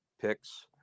picks